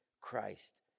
Christ